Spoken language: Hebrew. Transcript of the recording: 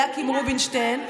אליקים רובינשטיין,